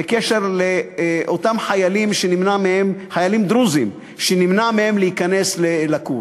בקשר לאותם חיילים דרוזים שנמנע מהם להיכנס לכור.